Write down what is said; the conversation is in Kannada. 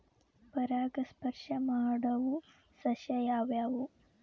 ಪರಾಗಸ್ಪರ್ಶ ಮಾಡಾವು ಸಸ್ಯ ಯಾವ್ಯಾವು?